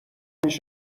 پیش